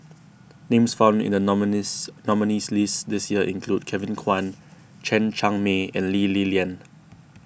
names found in the nominees nominees' list this year include Kevin Kwan Chen Cheng Mei and Lee Li Lian